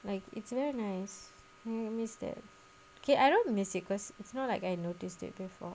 like it's very nice you miss that okay I don't miss it because it's not like I noticed it before